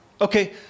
Okay